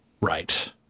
right